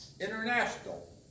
international